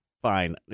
Fine